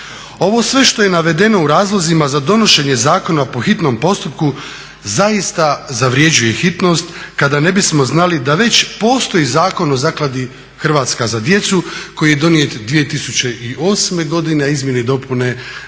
Ovo sve što je navedeno u razlozima za donošenje zakona po hitnom postupku zaista zavrjeđuje hitnost kada ne bismo znali da već postoji Zakon o zakladi "Hrvatska za djecu" koji je donijet 2008. godine a izmjene i dopune 2010.